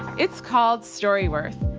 it's called storyworth.